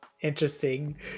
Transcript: Interesting